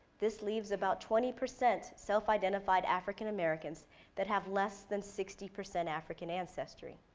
this leaves about twenty percent self identified african americans that have less than sixty percent african ancestry.